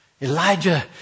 Elijah